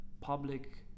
public